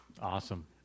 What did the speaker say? Awesome